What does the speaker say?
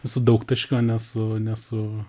su daugtaškiu o ne su ne su